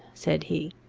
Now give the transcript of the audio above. said he,